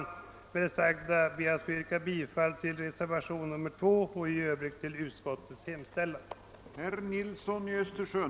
Med det sagda ber jag få yrka bifall till reservationen 2 och utlåtandet nr 44 och i övrigt till utskottets hemställan.